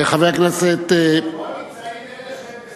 אבל פה נמצאים אלה שהם בסדר.